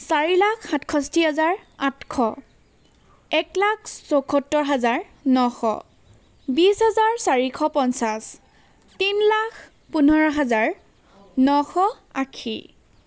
চাৰি লাখ সাতষষ্ঠী হাজাৰ আঠশ এক লাখ চৌসত্তৰ হাজাৰ নশ বিছ হাজাৰ চাৰিশ পঞ্চাছ তিনি লাখ পোন্ধৰ হাজাৰ নশ আশী